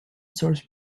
source